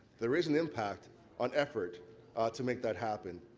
there is an impact on effort to make that happen,